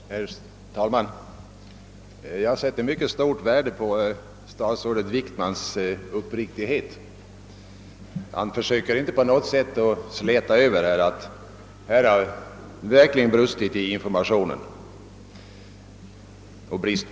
Herr talman! Jag sätter mycket stort värde på statsrådet Wickmans uppriktighet. Han försöker inte släta över att det här verkligen har brustit i fråga om information och insyn.